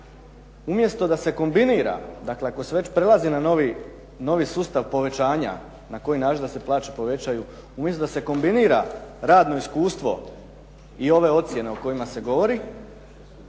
umjesto da se kombinira radno iskustvo i ove ocjene o kojima se govori